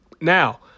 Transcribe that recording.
Now